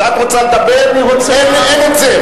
כשאת רוצה לדבר, אין עוצר.